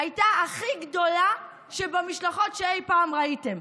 הייתה הכי גדולה במשלחות שאי-פעם ראיתם,